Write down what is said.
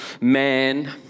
man